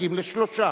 שתסכים לשלושה.